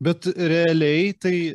bet realiai tai